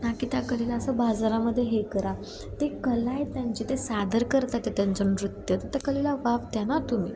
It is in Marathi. ना की त्या कलेला असं बाजारामध्ये हे करा ते कला आहे त्यांचे ते सादर करतात त्यांचं नृत्य तर त्या कलेला वाव द्या ना तुम्ही